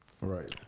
Right